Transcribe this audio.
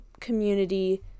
community